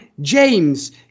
James